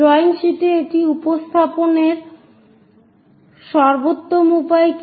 drawing শীটে এটি উপস্থাপনের সর্বোত্তম উপায় কী